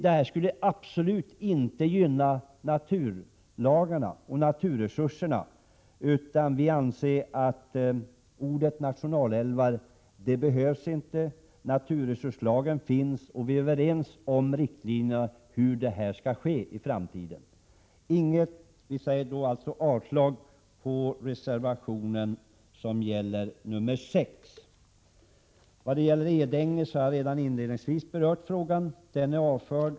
Detta skulle absolut inte gynna naturresurserna. Vi anser att ordet nationalälvar inte behövs. Naturresurslagen finns, och vi är överens om riktlinjerna för framtiden. Jag yrkar alltså avslag på reservation nr 6. Vad gäller Edänge har jag redan inledningsvis berört frågan. Den är nu avförd.